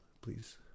Please